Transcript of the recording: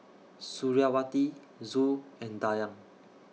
Suriawati Zul and Dayang